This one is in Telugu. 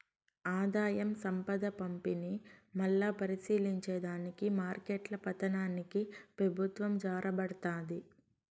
ఆదాయం, సంపద పంపిణీ, మల్లా పరిశీలించే దానికి మార్కెట్ల పతనానికి పెబుత్వం జారబడతాది